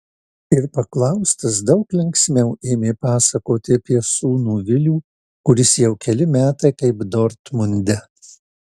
ir paklaustas daug linksmiau ėmė pasakoti apie sūnų vilių kuris jau keli metai kaip dortmunde